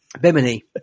Bimini